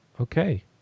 okay